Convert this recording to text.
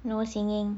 no singing